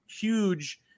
huge